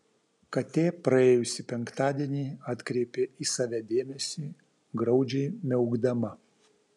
katė praėjusį penktadienį atkreipė į save dėmesį graudžiai miaukdama